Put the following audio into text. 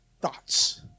thoughts